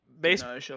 baseball